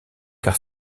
car